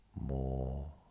more